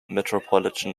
metropolitan